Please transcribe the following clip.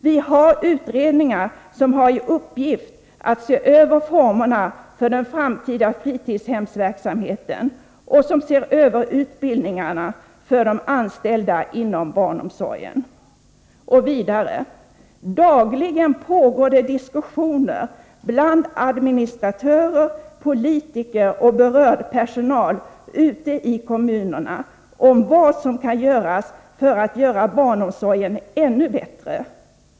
Vi har utredningar som har i uppgift att se över formerna för den framtida fritidshemsverksamheten och som ser över utbildningarna för de anställda inom barnomsorgen. Vidare: Dagligen pågår det diskussioner bland administratörer, politiker och berörd personal ute i kommunerna om vad som kan göras för att göra barnomsorgen ännu bättre.